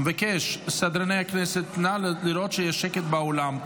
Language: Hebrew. אני מבקש, סדרני הכנסת, נא לראות שיש שקט באולם.